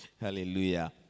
Hallelujah